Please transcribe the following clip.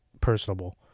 personable